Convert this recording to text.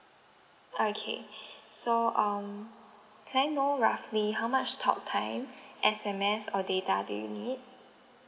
okay so um can I know roughly how much talk time S_M_S or data do you need